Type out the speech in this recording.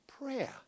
Prayer